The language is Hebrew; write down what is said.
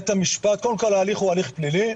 קודם כל ההליך הוא פלילי,